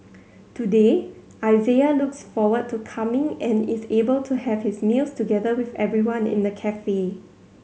today Isaiah looks forward to coming and is able to have his meals together with everyone in the cafe